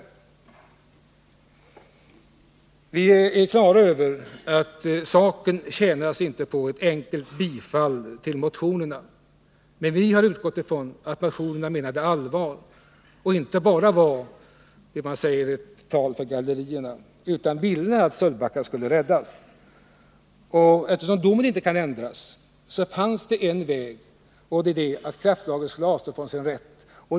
Vi är på det klara med att saken inte tjänar på ett enkelt bifall till motionerna. Vi har dock utgått från att motionerna har varit allvarligt menade och inte bara utgör ett spel för gallerierna. Man har verkligen velat att Sölvbackaströmmarna skulle räddas. Eftersom domen inte kan ändras, finns det endast en väg, nämligen att kraftbolaget avstår från sin rätt.